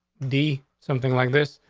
d something like this.